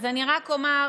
אז אני רק אומר,